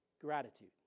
Gratitude